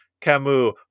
Camus